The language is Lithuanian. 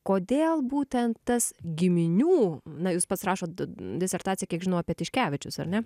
kodėl būtent tas giminių na jūs pats rašot disertaciją kiek žinau apie tiškevičius ar ne